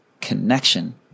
connection